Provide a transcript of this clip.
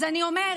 אז אני אומרת,